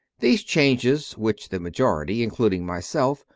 these changes, which the majority, including myself,